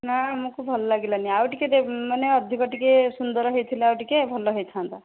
ନା ଆମକୁ ଭଲ ଲାଗିଲାନି ଆଉ ଟିକେ ମାନେ ଅଧିକ ଟିକେ ସୁନ୍ଦର ହୋଇଥିଲେ ଆଉ ଟିକେ ଭଲ ହୋଇଥାନ୍ତା